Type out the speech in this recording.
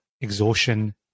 exhaustion